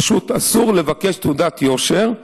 פשוט אסור לבקש תעודת יושר.